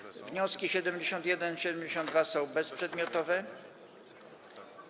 Wnioski 71. i 72. są bezprzedmiotowe.